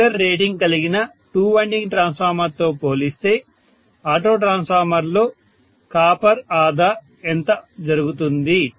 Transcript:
similar rating కలిగిన 2 winding ట్రాన్స్ఫార్మర్తో పోలిస్తే ఆటో ట్రాన్స్ఫార్మర్లో కాపర్ ఆదా ఎంత జరుగుతుంది